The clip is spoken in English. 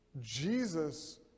Jesus